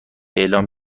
اعلام